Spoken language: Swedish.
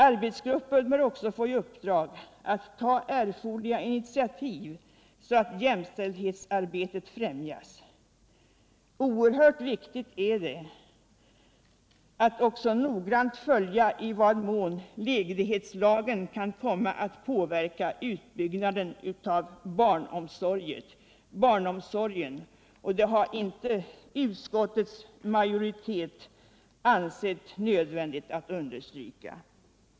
Arbetsgruppen bör också få i uppdrag att ta erforderliga initiativ, så att jämställdhetsarbetet främjas. Oerhört viktigt är det också att noga följa i vad mån ledighetstlagen kan komma att påverka utbyggnaden av barnomsorgen. Det har inte utskottets majoritet ansett nödvändigt att understryka.